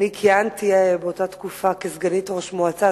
אני כיהנתי באותה תקופה כסגנית ראש מועצה,